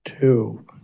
two